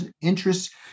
interests